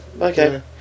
Okay